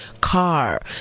car